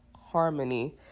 harmony